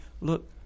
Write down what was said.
look